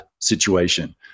situation